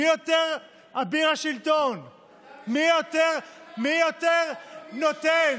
מי יותר אביר השלטון, מי יותר נותן.